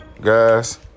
guys